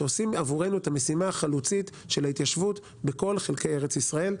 שעושים עבורנו את המשימה החלוצית של התיישבות בכל חלקי ארץ ישראל.